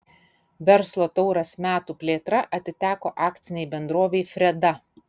verslo tauras metų plėtra atiteko akcinei bendrovei freda